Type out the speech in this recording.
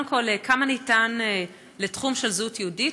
קודם כול, כמה ניתן לתחום של זהות יהודית?